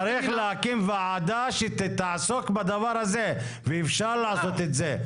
צריך להקים ועדה שתעסוק בדבר הזה ואפשר לעשות את זה.